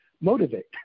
motivate